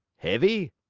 heavy?